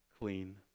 clean